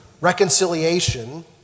reconciliation